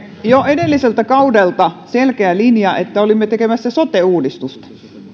jo edelliseltä kaudelta selkeä linja että olimme tekemässä sote uudistusta